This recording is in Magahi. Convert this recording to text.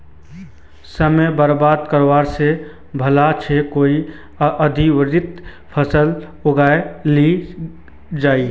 समय बर्बाद करवा स भला छ कोई अंतर्वर्ती फसल उगइ लिल जइ